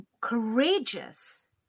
courageous